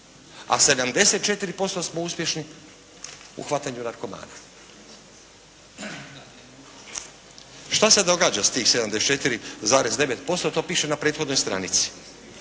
a 74% smo uspješni u hvatanju narkomana. Šta se događa s tih 74,9% to piše na prethodnoj stranici.